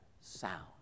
sound